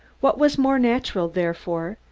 what was more natural, therefore,